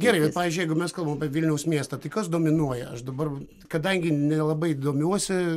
gerai bet pavyzdžiui jeigu mes kalbam apie vilniaus miestą tai kas dominuoja aš dabar kadangi nelabai domiuosi